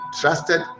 trusted